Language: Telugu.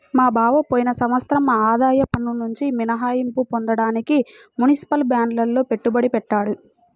మా బావ పోయిన సంవత్సరం ఆదాయ పన్నునుంచి మినహాయింపు పొందడానికి మునిసిపల్ బాండ్లల్లో పెట్టుబడి పెట్టాడు